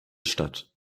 statt